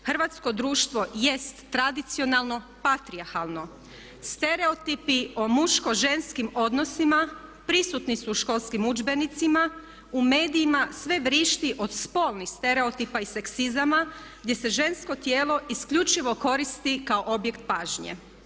Hrvatsko društvo jest tradicionalno patrijarhalno, stereotipi o muško ženskim odnosima prisutni su u školskim udžbenicima, u medijima sve vrišti od spolnih stereotipa i seksizama gdje se žensko tijelo isključivo koristi kao objekt pažnje.